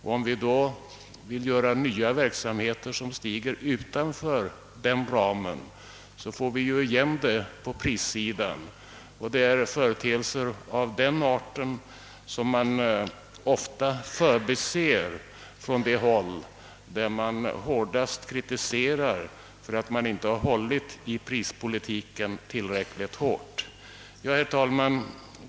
Vill vi då medverka till nya verksamheter som faller utanför den ramen får vi igen det på prissidan, och det är företeelser av den arten som ofta förbises av dem, som hårdast kritiserar att man inte hållit tillräckligt hårt i prispolitiken.